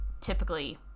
typically